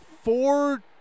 four